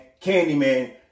Candyman